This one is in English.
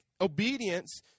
obedience